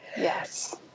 Yes